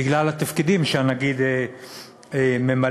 בגלל התפקידים שהנגיד ממלא,